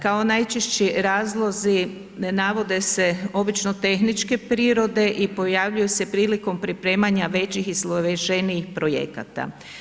Kao najčešći razlozi ne navode se obično tehničke prirode i pojavljuju se prilikom pripremanja većih i složenijih projekata.